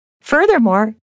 Furthermore